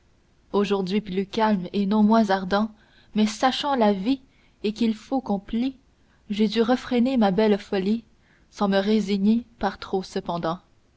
aujourd'hui plus calme et non moins ardent mais sachant la vie et qu'il faut qu'on plie j'ai dû refréner ma belle folie sans me résigner par trop cependant